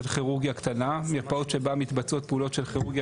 כירורגיה קטנה; מרפאה שבה מתבצעות פעולות של כירורגיה